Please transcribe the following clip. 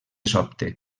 sobte